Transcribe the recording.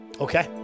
Okay